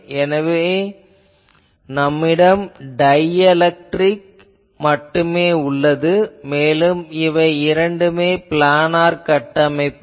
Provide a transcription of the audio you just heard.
ஆகவே நம்மிடம் டைஎலெக்ட்ரிக் மட்டுமே உள்ளது மேலும் இவை இரண்டுமே ப்ளானார் கட்டமைப்புகள்